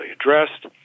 addressed